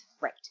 Right